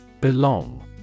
Belong